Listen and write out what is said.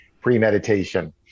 premeditation